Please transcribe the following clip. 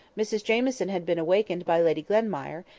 mrs jamieson had been awakened by lady glenmire,